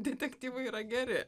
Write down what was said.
detektyvai yra geri